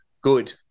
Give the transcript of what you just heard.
good